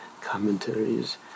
commentaries